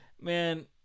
man